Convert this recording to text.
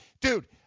Dude